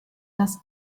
dass